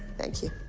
thank you.